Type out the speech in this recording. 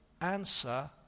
answer